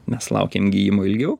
mes laukiam gijimo ilgiau